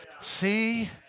See